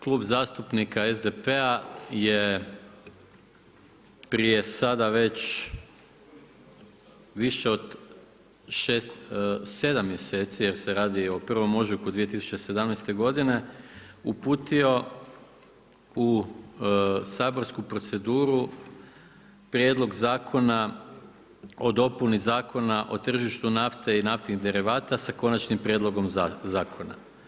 Klub zastupnika SDP-a je prije sada već više od sedam mjeseci jer se radi o 1. ožujku 2017. godine uputio u saborsku proceduru Prijedlog zakona o dopuni Zakona o tržištu nafte i naftnih derivata, s Konačnim prijedlogom zakona.